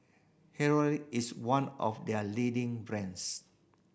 is one of there leading brands